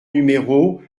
numéro